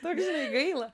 toks žinai gaila